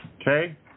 Okay